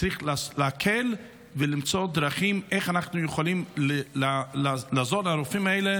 צריך להקל ולמצוא דרכים איך לעזור לרופאים האלה